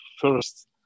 first